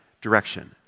direction